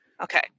Okay